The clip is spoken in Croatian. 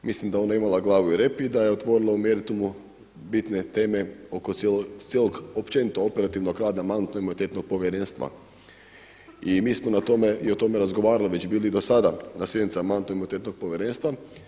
Mislim da je ona imala glavu i rep i da je otvorila u meritumu bitne teme oko cijelog općenito operativnog rada Mandatno-imunitetnog povjerenstva i mi smo na tome i o tome razgovarali već bili do sada na sjednicama Mandatno-imunitetnog povjerenstva.